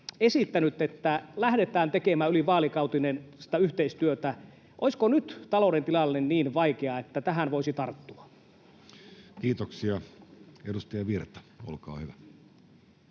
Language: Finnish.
esittänyt, että lähdetään tekemään ylivaalikautista yhteistyötä. Olisiko nyt talouden tilanne niin vaikea, että tähän voisi tarttua? Kiitoksia. — Edustaja Virta, olkaa hyvä.